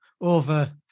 over